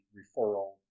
referral